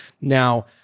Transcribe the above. Now